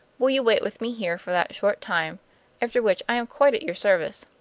will you wait with me here for that short time after which i am quite at your service.